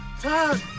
time